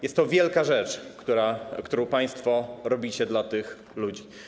Jest to wielka rzecz, którą państwo robicie dla tych ludzi.